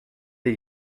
des